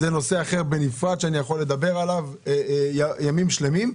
זה נושא אחר בנפרד שאני יכול לדבר עליו ימים שלמים.